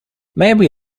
maybe